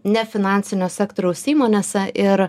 nefinansinio sektoriaus įmonėse ir